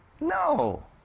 No